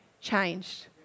changed